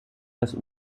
das